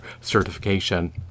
certification